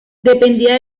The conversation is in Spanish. dependía